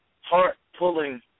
heart-pulling